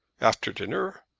after dinner?